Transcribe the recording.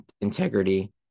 integrity